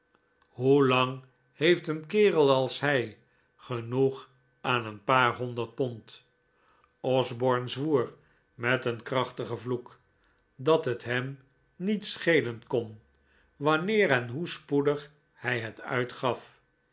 lang heeft een kerel als hij genoeg aan een paar honderd pond osborne zwoer met een krachtigen vloek dat het hem niet schelen kon wanneer en hoe spoedig hij het uitgaf